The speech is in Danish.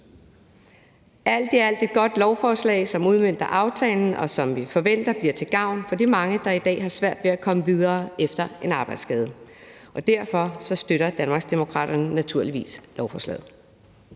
alt er det et godt lovforslag, som udmønter aftalen, og som vi forventer bliver til gavn for de mange, der i dag har svært ved at komme videre efter en arbejdsskade. Derfor støtter Danmarksdemokraterne naturligvis lovforslaget.